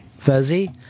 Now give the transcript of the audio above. Fuzzy